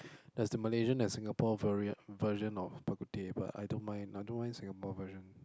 there's the Malaysian and Singapore variant version of bak-kut-teh but I don't mind I don't mind Singapore version